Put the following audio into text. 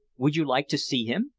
would you like to see him?